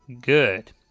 Good